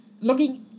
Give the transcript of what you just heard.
Looking